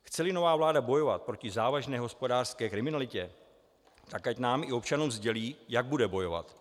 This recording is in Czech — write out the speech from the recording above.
Chceli nová vláda bojovat proti závažné hospodářské kriminalitě, tak ať nám i občanům sdělí, jak bude bojovat.